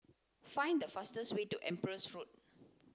find the fastest way to Empress Road